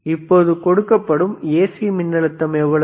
இப்போது கொடுக்கப்படும் ஏசி மின்னழுத்தம் எவ்வளவு